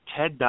TED